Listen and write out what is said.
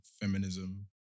feminism